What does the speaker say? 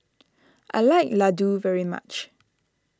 I like Ladoo very much